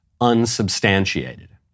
unsubstantiated